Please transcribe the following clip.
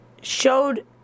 showed